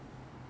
Chia Te